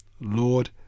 Lord